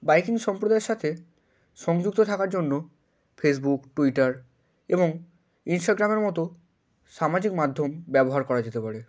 biking সম্প্রদায়ের সাথে সংযুক্ত থাকার জন্য ফেসবুক টুইটার এবং ইনস্টাগ্রামের মতো সামাজিক মাধ্যম ব্যবহার করা যেতে পারে